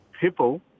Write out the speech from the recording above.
people